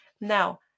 now